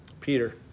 Peter